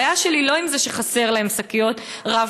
הבעיה שלי היא לא עם זה שחסר להם שקיות רב-פעמיות,